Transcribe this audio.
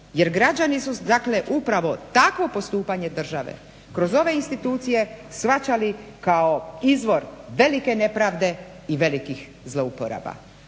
Jer građani su dakle upravo takvo postupanje države kroz ove institucije shvaćali kao izvor velike nepravde i velikih zlouporaba.